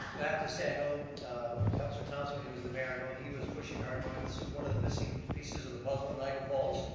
i have to say i know councilor thomson, when he was the mayor, i know he was pushing hard knowing this was one of the missing pieces of the puzzle of niagara falls.